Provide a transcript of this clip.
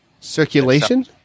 circulation